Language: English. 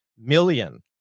million